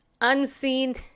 unseen